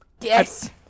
Yes